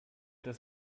das